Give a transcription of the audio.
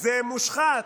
זה מושחת,